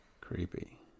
Creepy